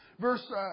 verse